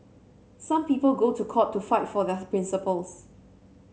some people go to court to fight for their principles